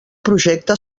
projecte